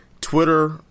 Twitter